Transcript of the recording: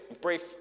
brief